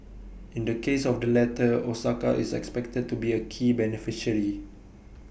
in the case of the latter Osaka is expected to be A key beneficiary